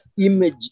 image